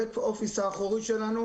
הבק אופיס האחורי שלנו,